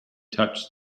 touched